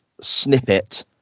snippet